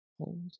hold